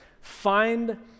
find